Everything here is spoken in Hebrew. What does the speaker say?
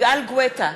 יגאל גואטה,